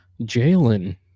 Jalen